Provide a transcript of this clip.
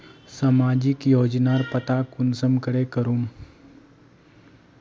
सामाजिक योजनार पता कुंसम करे करूम?